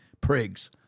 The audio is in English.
Prigs